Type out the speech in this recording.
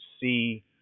see